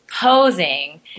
posing